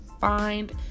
Find